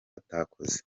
atakoze